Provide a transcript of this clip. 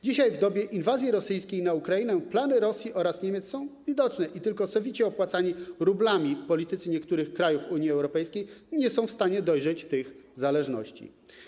Dzisiaj, w dobie inwazji rosyjskiej na Ukrainę, plany Rosji oraz Niemiec są widoczne i tylko sowicie opłacani rublami politycy niektórych krajów Unii Europejskiej nie są w stanie dojrzeć tych zależności.